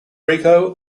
rico